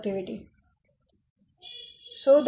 75 x 2